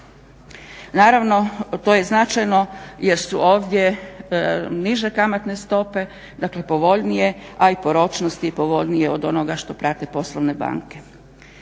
Naravno to je značajno jer su ovdje niže kamatne stope, dakle povoljnije a i po ročnosti je povoljnije od onoga što prate poslovne banke.